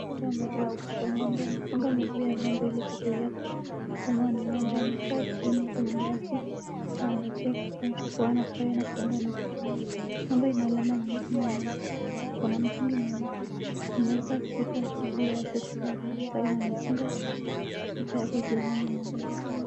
Mtu anatoa maziwa kutoka kwa ng'ombe. Anafunga miguu ya ng'ombe ili kuzuia kugongwa na ng'ombe. Amekaa chini kwa nyasi na anacheka kuonyesha kuwa anafurahia kitendo anachofanya. Ng'ombe ni ya alama nyesui na nyeupe na akona mtungi nyeupe ameeka shuka juu yake , shuka ya kimasaai na amefunga sweta yake kiunoni mwake.